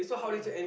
yeah